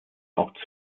auch